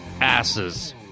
asses